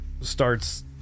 starts